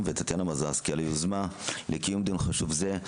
וטטיאנה מזרסקי על היוזמה לקיום דיון חשוב זה,